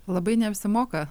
labai neapsimoka